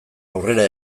aurrera